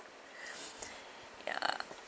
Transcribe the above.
ya